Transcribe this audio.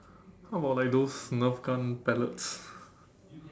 how about like those nerf gun palettes